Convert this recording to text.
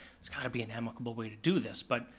there's gotta be an amicable way to do this, but,